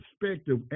perspective